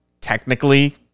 technically